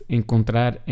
encontrar